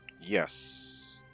Yes